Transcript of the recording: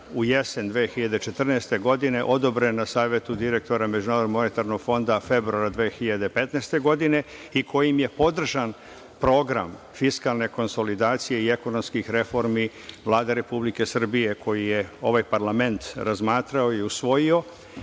u jesen 2014. godine, odobren na Savetu direktora MMF februara 2015. godine i kojim podržan program fiskalne konsolidacije i ekonomskih reformi Vlade Republike Srbije, koji je ovaj parlament razmatrao i usvojio